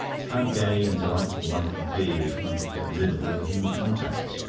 how gay and delightful life would be if one could get rid of all the human contacts!